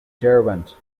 derwent